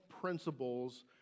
principles